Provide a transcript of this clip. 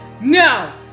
No